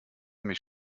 mich